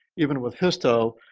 even with histo,